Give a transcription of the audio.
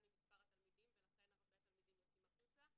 ממספר התלמידים ולכן הרבה תלמידים יוצאים החוצה,